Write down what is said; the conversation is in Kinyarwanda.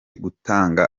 gutanga